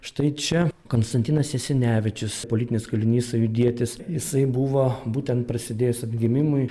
štai čia konstantinas jasinevičius politinis kalinys sąjūdietis jisai buvo būtent prasidėjus atgimimui